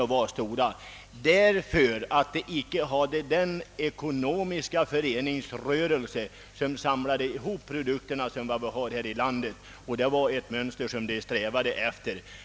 Detta är nödvändigt, eftersom man saknar den ekonomiska föreningsrörelse som vi har i Sverige och som samlar ihop produkterna. Detta är emellertid ett system som de eftersträvar att införa.